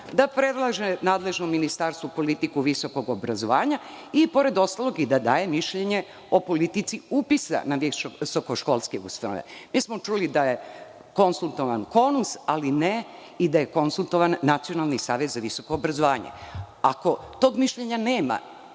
da predlaže nadležnom ministarstvu politiku visokog obrazovanja i, pored ostalog, da daje mišljenje o politici upisa na visokoškolske ustanove. Mi smo čuli da je konsultovan KONUS, ali ne i da je konsultovan Nacionalni savet za visoko obrazovanje. Ako tog mišljenja nema,